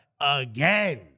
again